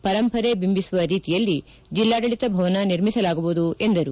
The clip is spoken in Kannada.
ಪರಂಪರೆ ಬಿಂಬಿಸುವ ರೀತಿಯಲ್ಲಿ ಜಿಲ್ಲಾಡಳಿತ ಭವನ ನಿರ್ಮಿಸಲಾಗುವುದು ಎಂದರು